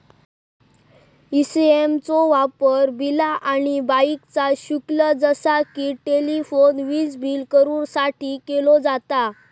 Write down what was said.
ECS चो वापर बिला आणि बाकीचा शुल्क जसा कि टेलिफोन, वीजबील भरुसाठी केलो जाता